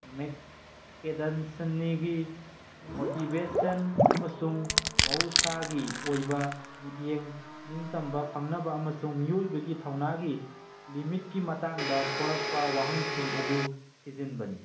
make ꯀꯦꯗꯟꯁꯟꯅꯤꯒꯤ motivation ꯑꯃꯁꯨꯡ ꯃꯍꯧꯁꯥꯒꯤ ꯑꯣꯏꯕ ꯃꯤꯠꯌꯦꯡ ꯅꯤꯡ ꯇꯝꯕ ꯐꯪꯅꯕ ꯑꯃꯁꯨꯡ ꯃꯤꯑꯣꯏꯕꯒꯤ ꯊꯧꯅꯥꯒꯤ ꯂꯤꯃꯤꯠꯀꯤ ꯃꯇꯥꯡꯗ ꯊꯣꯔꯛꯄ ꯋꯥꯍꯪꯁꯤꯡ ꯑꯗꯨ ꯊꯤꯖꯤꯟꯕꯅꯤ